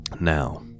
Now